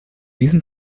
diesem